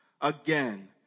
Again